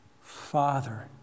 Father